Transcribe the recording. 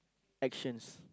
actions